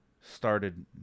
started